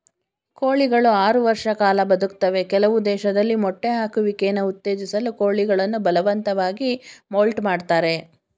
ಕೋಳಿಗಳು ಆರು ವರ್ಷ ಕಾಲ ಬದುಕ್ತವೆ ಕೆಲವು ದೇಶದಲ್ಲಿ ಮೊಟ್ಟೆ ಹಾಕುವಿಕೆನ ಉತ್ತೇಜಿಸಲು ಕೋಳಿಗಳನ್ನು ಬಲವಂತವಾಗಿ ಮೌಲ್ಟ್ ಮಾಡ್ತರೆ